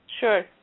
Sure